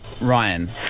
Ryan